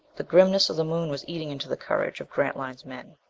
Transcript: the grimness of the moon was eating into the courage of grantline's men.